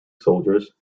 soldiers